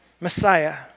Messiah